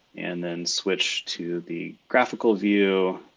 and then switch to the graphql view